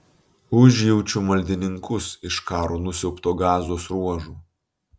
užjaučiu maldininkus iš karo nusiaubto gazos ruožo